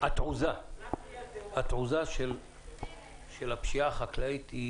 התעוזה של הפשיעה החקלאית היא